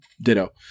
ditto